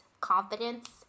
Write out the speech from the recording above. confidence